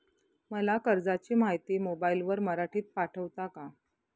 मला कर्जाची माहिती मोबाईलवर मराठीत पाठवता का?